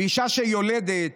ואישה שיולדת,